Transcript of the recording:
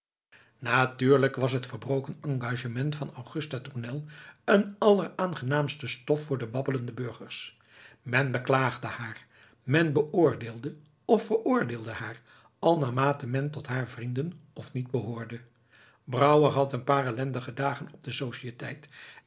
natuurlijk was het verbroken engagement van augusta tournel een alleraangenaamste stof voor de babbelende burgers men beklaagde haar men beoordeelde of veroordeelde haar al naarmate men tot haar vrienden of niet behoorde brouwer had een paar ellendige dagen op de